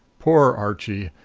poor archie!